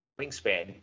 wingspan